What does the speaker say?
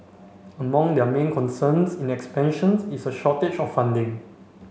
among their main concerns in expansion is a shortage of funding